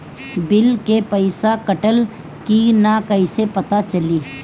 Bill के पइसा कटल कि न कइसे पता चलि?